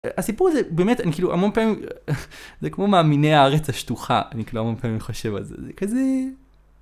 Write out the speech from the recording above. הסיפור הזה באמת, אני כאילו המון פעמים, זה כמו מאמיני הארץ השטוחה, אני כאילו המון פעמים חושב על זה, זה כזה